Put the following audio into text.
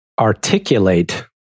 articulate